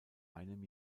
einem